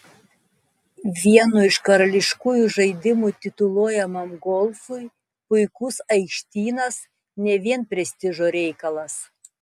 vienu iš karališkųjų žaidimų tituluojamam golfui puikus aikštynas ne vien prestižo reikalas